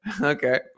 Okay